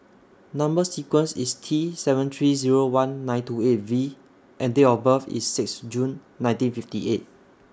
Number sequence IS T seven three Zero one nine two eight V and Date of birth IS six June nineteen fifty eight